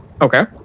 Okay